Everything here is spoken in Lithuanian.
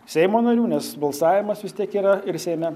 seimo narių nes balsavimas vis tiek yra ir seime